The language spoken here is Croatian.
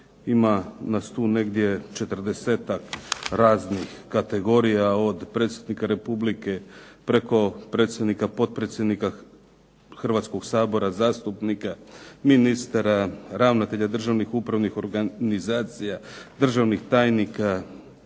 ima nas tu 40-tak kategorija od Predsjednika Republike, preko predsjednika potpredsjednika Hrvatskoga sabora, zastupnika, ministara, ravnatelja državnih upravnih organizacija, državnih tajnika,